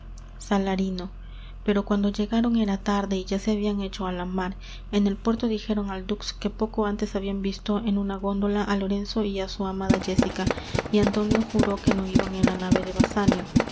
salarino pero cuando llegaron era tarde y ya se habian hecho á la mar en el puerto dijeron al dux que poco antes habian visto en una góndola á lorenzo y á su amada jéssica y antonio juró que no iban en la nave de basanio